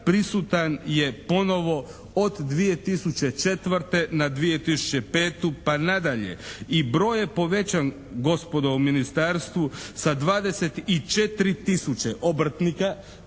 prisutan je ponovo od 2004. na 2005. pa nadalje i broj je povećan gospodo u ministarstvu sa 24 tisuće obrtnika